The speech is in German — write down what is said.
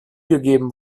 gegeben